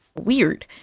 weird